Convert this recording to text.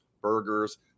burgers